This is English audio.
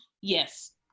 yes